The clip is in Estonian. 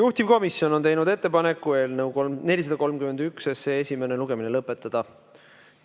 Juhtivkomisjon on teinud ettepaneku eelnõu 431 esimene lugemine lõpetada